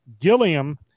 Gilliam